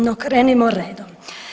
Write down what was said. No krenimo redom.